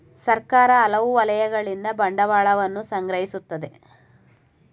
ಸರ್ಕಾರ ಹಲವು ವಲಯಗಳಿಂದ ಬಂಡವಾಳವನ್ನು ಸಂಗ್ರಹಿಸುತ್ತದೆ